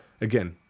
Again